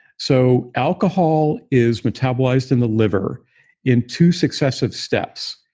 so alcohol is metabolized in the liver in two successive steps.